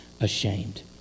ashamed